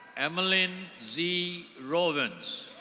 emmalin z rowvance.